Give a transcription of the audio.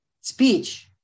speech